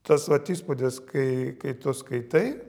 tas vat įspūdis kai kai tu skaitai